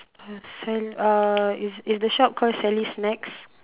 parcel (uh)is is the shop called Sally snacks